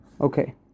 Okay